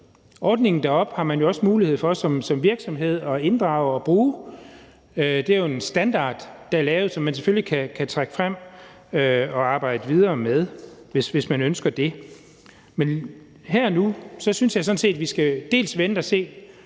jo også som virksomhed mulighed for at tage ordningen til sig og bruge den. Det er jo en standard, der er lavet, som man selvfølgelig kan trække frem og arbejde videre med, hvis man ønsker det. Men her og nu synes jeg sådan set, at vi dels skal vente og se